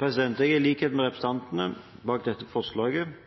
Jeg er, i likhet med representantene bak dette forslaget,